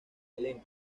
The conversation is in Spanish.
elenco